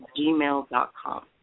gmail.com